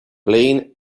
playing